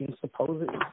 supposedly